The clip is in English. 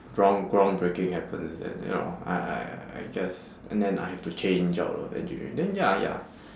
ground ground breaking happens then you know I I I guess and then I have to change out of engineering then ya ya